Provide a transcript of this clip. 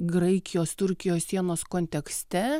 graikijos turkijos sienos kontekste